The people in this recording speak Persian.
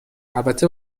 البته